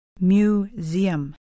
Museum